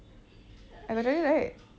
I got tell you right